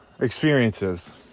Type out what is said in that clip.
experiences